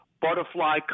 butterfly